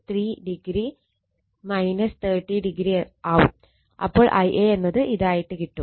43o 30o ആവും അപ്പോൾ Ia എന്നത് ഇതായിട്ട് കിട്ടും